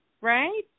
right